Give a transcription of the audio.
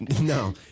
no